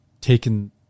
taken –